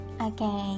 Okay